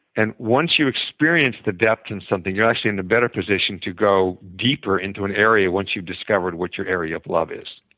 and once you experience the depth in something, you're actually in a better position to go deeper into an area once you've discovered what your area of love is.